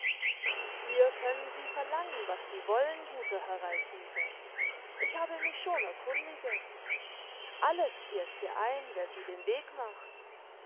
hier können sie verlangen was sie wollen guter herr reichenborn ich habe mich schon erkundiget alles kehrt hier ein wer sie den weg macht